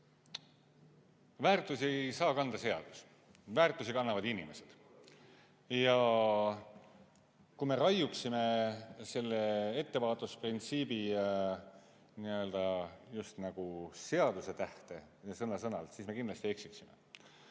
Väärtusi ei saa kanda seadus, väärtusi kannavad inimesed. Ja kui me raiuksime selle ettevaatusprintsiibi just nagu seadusetähte ja sõna-sõnalt, siis me kindlasti eksiksime.